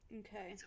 okay